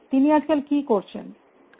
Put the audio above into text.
তিনি আজকাল কি করছেন